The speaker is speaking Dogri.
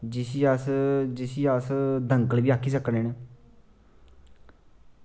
जिसी अस जिसी अस दंगल बी आक्खी सकने न